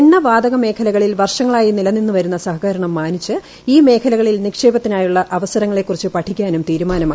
എണ്ണ വാതക മേഖലകളിൽ വർഷങ്ങളായി നിലനിന്നുവരുന്ന സഹകരണം മാനിച്ച് ഈ മേഖലകളിൽ നിക്ഷേപത്തിനായുള്ള അവസരങ്ങളെ കുറിച്ച് പഠിക്കാനും തീരുമാനമായി